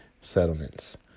settlements